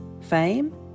Fame